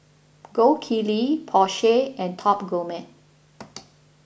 Gold Kili Porsche and Top Gourmet